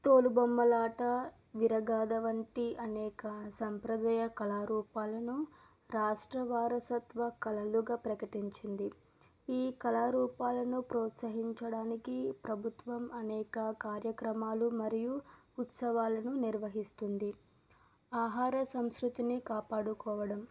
తోలుబొమ్మలాట వీరగాధ వంటి అనేక సంప్రదాయ కళారూపాలను రాష్ట్ర వారసత్వ కళలుగా ప్రకటించింది ఈ కళారూపాలను ప్రోత్సహించడానికి ప్రభుత్వం అనేక కార్యక్రమాలు మరియు ఉత్సవాలను నిర్వహిస్తుంది ఆహార సంస్కృతిని కాపాడుకోవడం